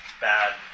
bad